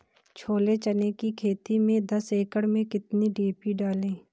छोले चने की खेती में दस एकड़ में कितनी डी.पी डालें?